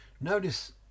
Notice